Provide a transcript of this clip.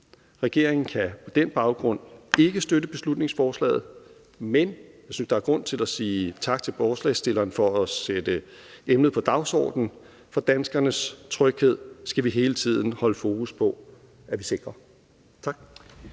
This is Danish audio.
Regeringen kan på den baggrund ikke støtte beslutningsforslaget, men jeg synes, der er grund til at sige tak til forslagsstillerne for at sætte emnet på dagsordenen, for danskernes tryghed skal vi hele tiden holde fokus på at vi sikrer. Tak.